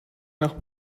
nach